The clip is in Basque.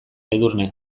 edurne